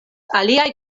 aliaj